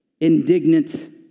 indignant